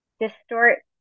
distort